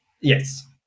Yes